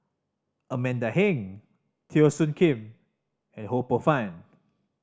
Amanda Heng Teo Soon Kim and Ho Poh Fun